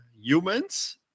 humans